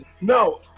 No